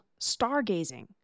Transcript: Stargazing